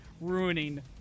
ruining